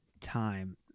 Time